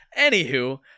Anywho